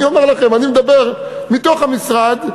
ואני מדבר מתוך המשרד,